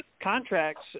contracts